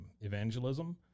evangelism